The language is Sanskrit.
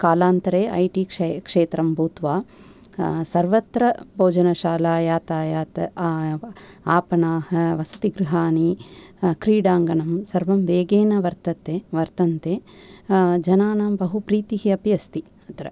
कालान्तरे ऐ टि क्षेत् क्षेत्रं भूत्वा सर्वत्र भोजनशाला यातायत् आपणाः वस्तिगृहाणि क्रीडाङ्गनं सर्वं वेगेन वर्तते वर्तन्ते जनानां बहु प्रीतिः अपि अस्ति अत्र